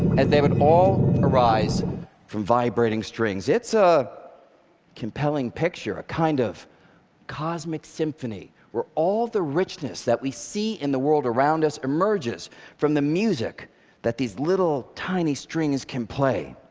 as they would all arise from vibrating strings. it's a compelling picture, a kind of cosmic symphony, where all the richness that we see in the world around us emerges from the music that these little, tiny strings can play.